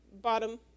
bottom